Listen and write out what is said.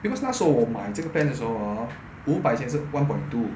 because 那时候我买这个 plan 的时候 hor 五百千是 one point two